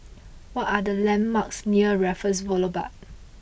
what are the landmarks near Raffles Boulevard